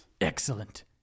excellent